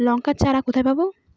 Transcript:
লঙ্কার চারা কোথায় পাবো?